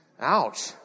Ouch